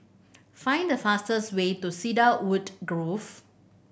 find the fastest way to Cedarwood Grove